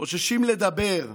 חוששים לדבר,